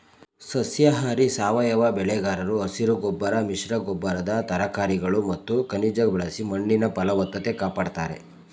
ಸಸ್ಯಾಹಾರಿ ಸಾವಯವ ಬೆಳೆಗಾರರು ಹಸಿರುಗೊಬ್ಬರ ಮಿಶ್ರಗೊಬ್ಬರದ ತರಕಾರಿಗಳು ಮತ್ತು ಖನಿಜ ಬಳಸಿ ಮಣ್ಣಿನ ಫಲವತ್ತತೆ ಕಾಪಡ್ತಾರೆ